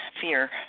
fear